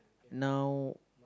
now